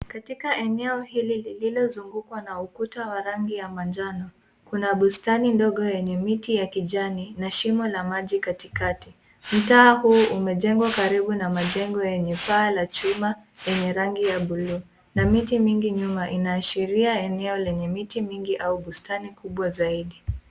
Katika eneo hili lililozungukwa na ukuta wa rangi ya manjano, kuna bustani ndogo yenye miti ya kijani, na shimo la maji katikati. Mtaa huu umejengwa karibu na majengo yenye paa la chuma, lenye rangi ya bluu, na miti mingi nyuma, inaashiria eneo yenye miti mingi, au bustani kubwa zaidi.